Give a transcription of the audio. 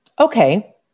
Okay